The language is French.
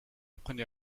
prenez